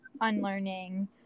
Unlearning